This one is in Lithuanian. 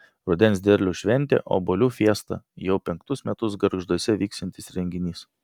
rudens derliaus šventė obuolių fiesta jau penktus metus gargžduose vyksiantis renginys